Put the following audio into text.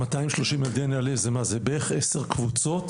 230 ילדי נעל"ה זה בערך 10 קבוצות?